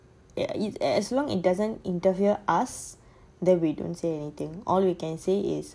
ya as as long it doesn't interfere us then we don't say anything all we can say is